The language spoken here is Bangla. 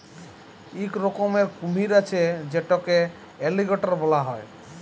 ইক রকমের কুমির আছে যেটকে এলিগ্যাটর ব্যলা হ্যয়